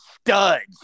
studs